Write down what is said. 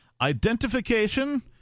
identification